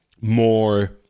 more